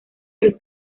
del